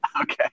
okay